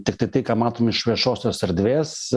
tiktai tai ką matom iš viešosios erdvės